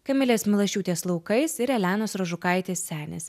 kamilės milašiūtės laukais ir elenos rožukaitė senis